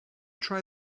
try